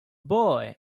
boy